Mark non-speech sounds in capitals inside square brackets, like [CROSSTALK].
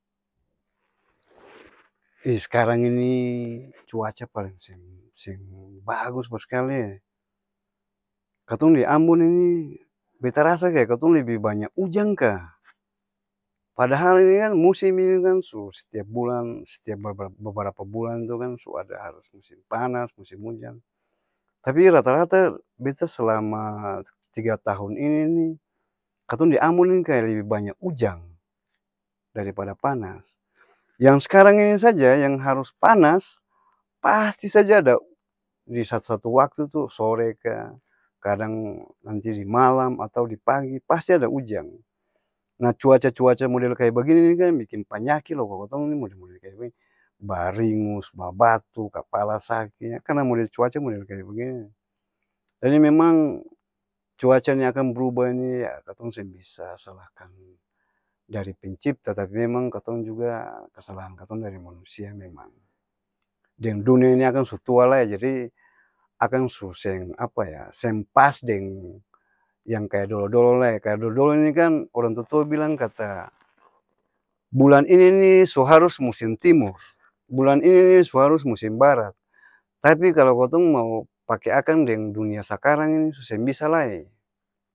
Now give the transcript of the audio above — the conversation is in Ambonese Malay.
[NOISE] is s'karang ini cuaca paleng seng seng-bagus paskali'ee, katong di ambon ini beta rasa kaya katong lebi banya' ujang kaa? Padahal ini kan musim ini kan su s'tiap bulan stiap baba babarapa-bulan tu kan su ada harus musim panas, musim ujang, tapi rata-rata beta s'lama tiga tahun ini ni, katong di ambon ni kaya lebi banya' ujang, daripada panas, yang s'karang ini saja yang harus panas, pasti saja ada di sat-satu waktu tu sore kaa kadang nanti di malam atau di pagi pasti ada ujang na cuaca-cuaca model kaya bagini ni kan bikin panyaki loko katong ni model-model kaya b'ni baringus, babatu, kapala saki, karna model cuaca model kaya begini ni, jadi memang cuaca ni akang b'ruba ni ya katong seng bisa salahkan dari pencipta tapi memang katong juga, kesalahan katong dari manusia memang deng dunia ni akang su tua lai jadi, akang su seng apa ya? Seng pas deng yang kaya dolo-dolo lai kaya dolo-dolo ini kan orang tua-tua bilang kata, bulan ini ni su harus musim timur, bulan ini ni su harus musim barat, tapi kalo katong mao pake akang deng dunia sakarang ini su seng bisa lae.